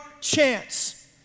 chance